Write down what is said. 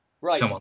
Right